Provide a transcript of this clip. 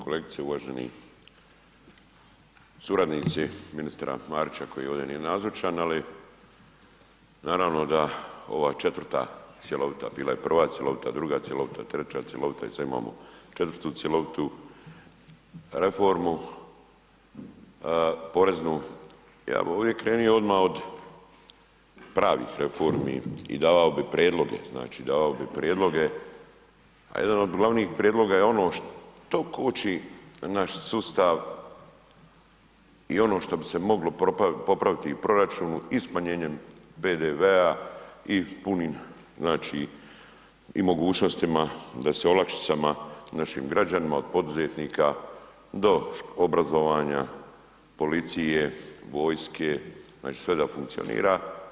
Kolegice i uvaženi suradnici ministra Marića koji ovdje nije nazočan, ali na naravno da ova četvrta cjelovita, bila je prva cjelovita, druga cjelovita, treća cjelovita i sad imamo četvrtu cjelovitu reformu poreznu, ja bi ovdje krenio od pravih reformi i davao bih prijedloge, znači davao bi prijedloge, a jedan od glavnih prijedloga je ono što koči naš sustav i ono što bi se moglo popraviti i proračunu i smanjenjem PDV-a i punim znači i mogućostima da se olakšicama našim građanima od poduzetnika do obrazovanja, policije, vojske, znači sve da funkcionira.